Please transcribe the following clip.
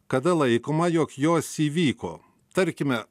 kada laikoma jog jos įvyko tarkime